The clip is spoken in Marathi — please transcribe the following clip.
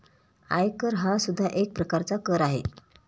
आयकर हा सुद्धा एक प्रकारचा कर आहे